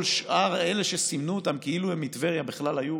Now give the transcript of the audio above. כל שאר אלה שסימנו אותם כאילו הם מטבריה, בכלל היו